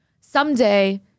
someday—